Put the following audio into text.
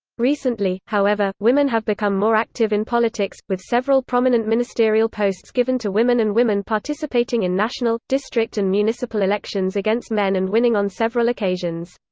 recently, however, women have become more active in politics, with several prominent ministerial posts given to women and women participating in national, district and municipal municipal elections against men and winning on several occasions.